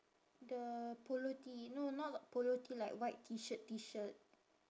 the polo tee no not polo tee like white T shirt T shirt